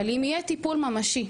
אבל אם יהיה טיפול ממשי,